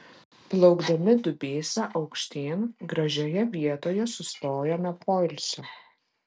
plaukdami dubysa aukštyn gražioje vietoje sustojome poilsio